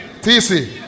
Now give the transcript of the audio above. TC